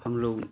हम लोग